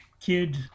kid